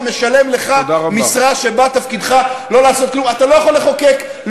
ומשלם לך משרה שבה תפקידך לא לעשות כלום: אתה לא יכול לחוקק,